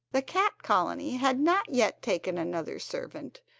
the cat colony had not yet taken another servant,